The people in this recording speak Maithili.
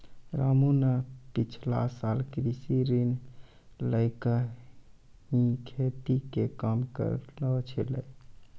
रामू न पिछला साल कृषि ऋण लैकॅ ही खेती के काम करनॅ छेलै